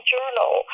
Journal